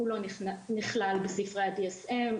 הוא לא נכלל בספרי ה-DSM,